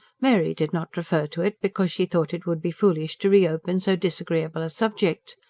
mary did not refer to it because she thought it would be foolish to re-open so disagreeable a subject.